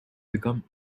become